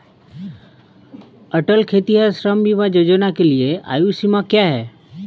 अटल खेतिहर श्रम बीमा योजना के लिए आयु सीमा क्या है?